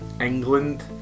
England